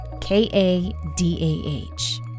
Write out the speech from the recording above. K-A-D-A-H